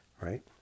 right